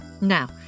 Now